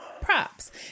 props